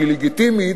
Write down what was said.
שהיא לגיטימית,